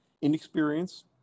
Inexperience